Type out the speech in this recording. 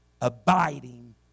abiding